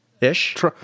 ish